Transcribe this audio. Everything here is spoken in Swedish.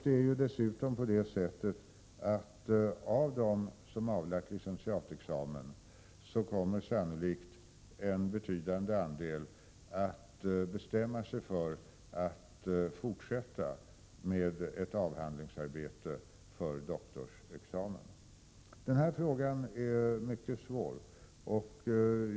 En betydande andel av dem som avlagt licentiatexamen kommer dessutom sannolikt att bestämma sig för att fortsätta med ett avhandlingsarbete för doktorsexamen. Denna fråga är mycket svår.